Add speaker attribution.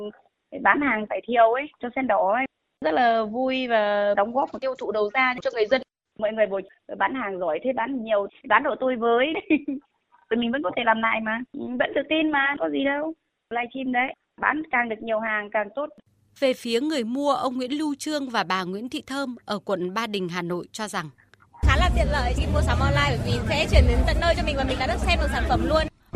Speaker 1: Bán hàng phải thiêu ấy, cho Sen Đỏ ấy. Rất là vui và đóng góp vào tiêu thụ đầu ra cho người dân. Mọi người bảo, "Bán hàng giỏi thế, bán nhiều, bán đồ tôi với." Mình vẫn có thể làm lại mà. Vẫn tự tin mà, có gì đâu. Livestream đấy, bán càng được nhiều hàng càng tốt.
Speaker 2: Về phía người mua, ông Nguyễn Lưu Trương và bà Nguyễn Thị Thơm ở quận Ba Đình, Hà Nội cho rằng.
Speaker 3: Khá là tiện lợi khi mua sắm online bởi vì sẽ chuyển đến tận nơi cho mình và mình đã được xem được sản phẩm luôn.